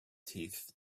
teeth